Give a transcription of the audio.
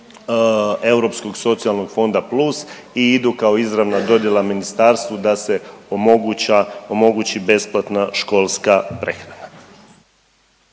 Europskog socijalnog fonda plus i idu kao izravna dodjela ministarstvu da se omogući besplatna školska prehrana.